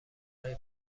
های